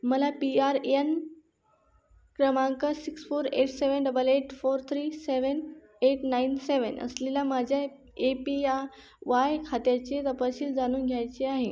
मला P R A N क्रमांक six four eight seven double eight four three seven eight nine seven असलेल्या माझ्या A P या Y खात्याचे तपशील जाणून घ्यायचे आहे